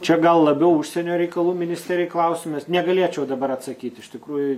čia gal labiau užsienio reikalų ministerijai klausimas negalėčiau dabar atsakyti iš tikrųjų